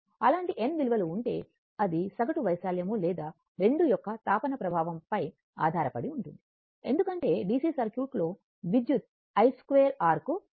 అలాంటి n విలువలు ఉంటే అది సగటు వైశాల్యం లేదా 2 యొక్క తాపన ప్రభావం పై ఆధారపడి ఉంటుంది ఎందుకంటే DC సర్క్యూట్లో విద్యుత్ i 2 r కు సమానమని మేము అధ్యయనం చేసాము